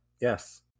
Yes